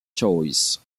choice